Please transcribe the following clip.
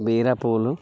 బీరపూలు